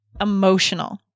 emotional